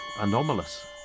anomalous